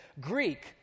greek